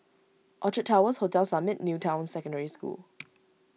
Orchard Towers Hotel Summit New Town Secondary School